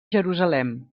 jerusalem